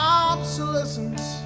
obsolescence